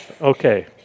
Okay